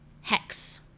Hex